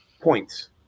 points